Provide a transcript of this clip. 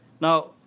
Now